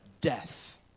death